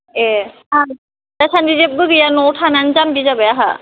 ए दासान्दि जेबो गैया न'आव थानानै जाम्बि जाबाय आंहा